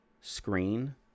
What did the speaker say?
screen